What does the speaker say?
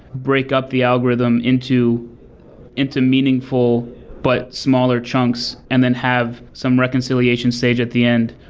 break up the algorithm into into meaningful but smaller chunks and then have some reconciliation stage at the end,